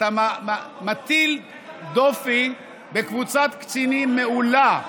אתה מטיל דופי בקבוצת קצינים מעולה,